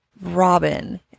Robin